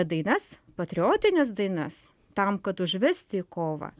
dainas patriotines dainas tam kad užvesti į kovą